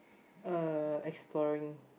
uh exploring